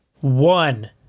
one